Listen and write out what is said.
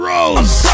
Rose